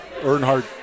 Earnhardt